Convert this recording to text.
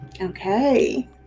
Okay